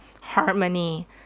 harmony